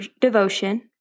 devotion